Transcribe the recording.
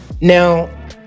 Now